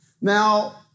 Now